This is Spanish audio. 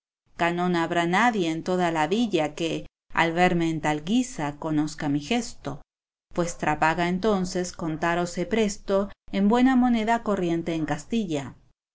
non habrá nadie en toda la villa que al verme en tal guisa conozca mi gesto vuestra paga entonces contaros he presto en buena moneda corriente en castilla